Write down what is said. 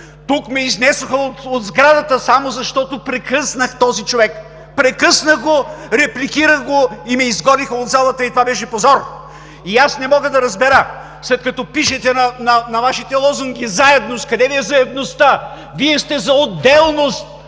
Тук ме изнесоха от сградата, само защото прекъснах този човек. Прекъснах го, репликирах го и ме изгониха от залата. И това беше позор. Не мога да разбера, след като пишете на Вашите лозунги „Заедност“, къде Ви е заедността? Вие сте за отделност